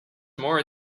more